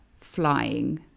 flying